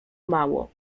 mało